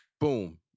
boom